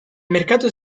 mercato